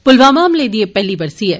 पुलवामा हमलें दी एह पैहली बरसी ऐ